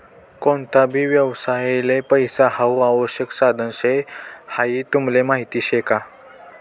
कोणता भी व्यवसायले पैसा हाऊ आवश्यक साधन शे हाई तुमले माहीत शे का?